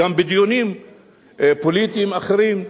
גם בדיונים פוליטיים אחרים,